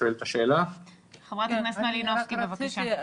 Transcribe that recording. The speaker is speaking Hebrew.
חברת הכנסת מלינובסקי, בבקשה.